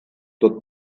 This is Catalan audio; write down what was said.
tot